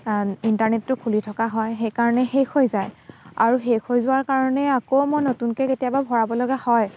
ইণ্টাৰনেটটো খুলি থকা হয় সেইকাৰণে শেষ হৈ যায় আৰু শেষ হৈ যোৱাৰ কাৰণে আকৌ মই নতুনকৈ কেতিয়াবা ভৰাব লগা হয়